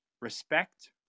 Respect